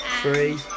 Three